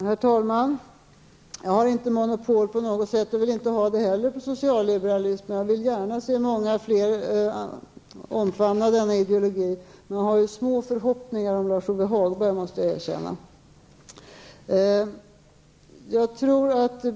Herr talman! Jag har inte på något sätt monopol på socialliberalism, och jag vill inte ha det heller. Men jag vill gärna se många fler omfamna denna ideologi. Men jag har ju små förhoppningar om Lars-Ove Hagberg, måste jag erkänna.